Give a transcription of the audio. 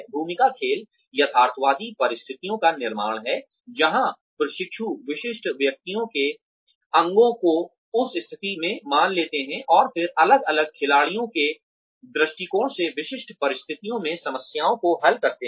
भूमिका खेल यथार्थवादी परिस्थितियों का निर्माण है जहां प्रशिक्षु विशिष्ट व्यक्तियों के अंगों को उस स्थिति में मान लेते हैं और फिर अलग अलग खिलाड़ियों के दृष्टिकोण से विशिष्ट परिस्थितियों में समस्याओं को हल करते हैं